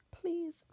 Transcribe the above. Please